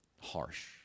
harsh